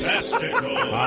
Testicles